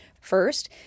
First